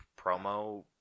promo